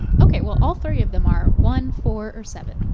okay, well all three of them are one, four, or seven.